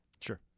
Sure